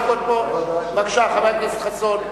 בבקשה, חבר הכנסת חסון.